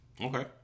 Okay